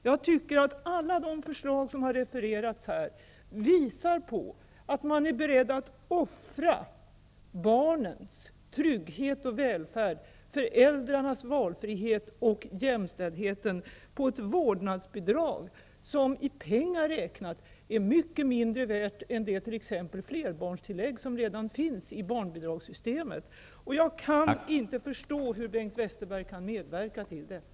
Alla de refererade förslagen visar att man är beredd att offra barnens trygghet och välfärd, föräldrarnas valfrihet och jämställdhet för ett vårdnadsbidrag, som i pengar räknat är mycket mindre värt än det flerbarnstillägg som redan finns i barnbidragssystemet. Jag kan inte förstå hur Bengt Westerberg kan medverka till detta.